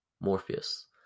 morpheus